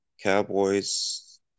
Cowboys